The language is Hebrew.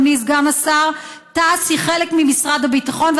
אדוני סגן השר: תע"ש היא חלק ממשרד הביטחון,